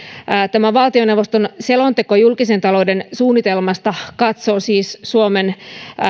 tämä valtioneuvoston selonteko julkisen talouden suunnitelmasta katsoo siis suomen